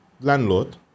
Landlord